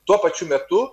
tuo pačiu metu